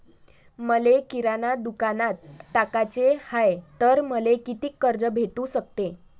मले किराणा दुकानात टाकाचे हाय तर मले कितीक कर्ज भेटू सकते?